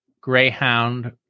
Greyhound